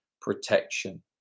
protection